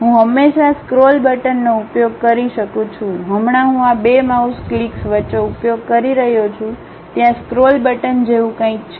હું હંમેશાં સ્ક્રોલ બટનનો ઉપયોગ કરી શકું છું હમણાં હું આ 2 માઉસ ક્લિક્સ વચ્ચે ઉપયોગ કરી રહ્યો છું ત્યાં સ્ક્રોલ બટન જેવું કંઈક છે